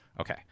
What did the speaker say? Okay